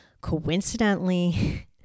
coincidentally